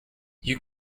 you